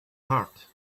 heart